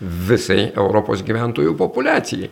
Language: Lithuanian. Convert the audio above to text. visai europos gyventojų populiacijai